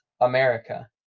America